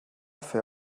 fer